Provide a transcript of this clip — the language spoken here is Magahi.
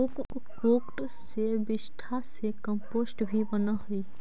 कुक्कुट के विष्ठा से कम्पोस्ट भी बनअ हई